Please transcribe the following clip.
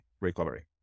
recovery